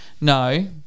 no